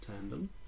tandem